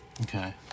Okay